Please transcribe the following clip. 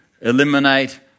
eliminate